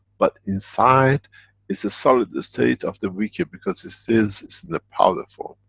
but inside it's the solid-state of the weaker, because it stays, it's in a powder form.